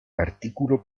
artículo